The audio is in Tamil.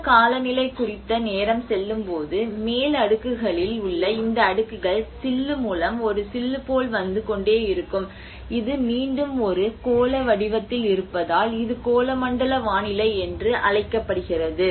கோள காலநிலை குறித்த நேரம் செல்லும்போது மேல் அடுக்குகளில் உள்ள இந்த அடுக்குகள் சில்லு மூலம் ஒரு சில்லு போல வந்து கொண்டே இருக்கும் இது மீண்டும் ஒரு கோள வடிவத்தில் இருப்பதால் இது கோளமண்டல வானிலை என்று அழைக்கப்படுகிறது